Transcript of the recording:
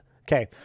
Okay